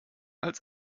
als